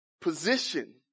position